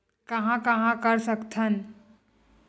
कहां कहां कर सकथन?